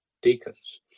deacons